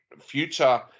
future